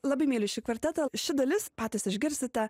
labai myliu šį kvartetą ši dalis patys išgirsite